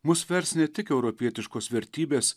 mus vers ne tik europietiškos vertybės